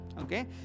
Okay